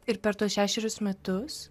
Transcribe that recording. ir per tuos šešerius metus